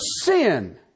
sin